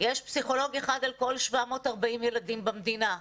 יש פסיכולוג אחד על כל 740 ילדים במדינה,